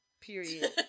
Period